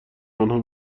آنها